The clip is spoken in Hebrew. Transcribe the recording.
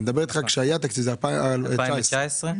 בשנת 2019 היה תקציב.